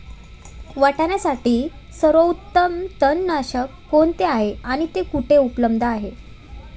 वाटाण्यासाठी सर्वोत्तम तणनाशक कोणते आहे आणि ते कुठे उपलब्ध आहे?